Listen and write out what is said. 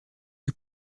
che